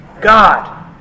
God